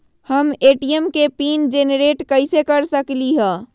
हम ए.टी.एम के pin generate कईसे कर सकली ह?